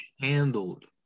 handled